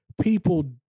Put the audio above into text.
people